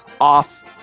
off